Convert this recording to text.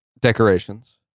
decorations